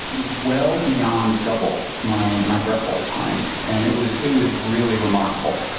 well beyond double my my breath-hold time. and it was it was really remarkable.